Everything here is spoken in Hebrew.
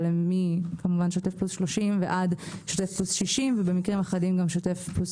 אבל משוטף פלוס 30 עד שוטף פלוס 60. במקרים אחדים גם שוטף פלוס